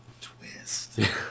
Twist